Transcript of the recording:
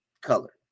color